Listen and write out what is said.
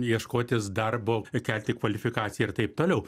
ieškotis darbo ir kelti kvalifikaciją ir taip toliau